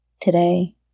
today